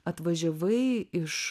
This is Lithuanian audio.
atvažiavai iš